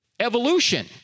Evolution